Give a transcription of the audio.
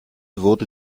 wurde